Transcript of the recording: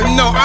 no